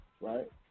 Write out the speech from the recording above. Right